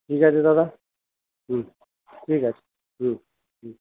ঠিক আছে দাদা হুম ঠিক আছে হুম হুম